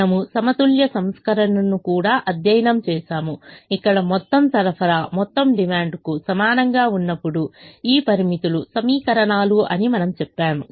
మనము సమతుల్య సంస్కరణను కూడా అధ్యయనం చేసాము ఇక్కడ మొత్తం సరఫరా మొత్తం డిమాండ్కు సమానంగా ఉన్నప్పుడు ఈ పరిమితులు సమీకరణాలు అని మనము చెప్పాము